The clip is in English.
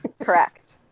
correct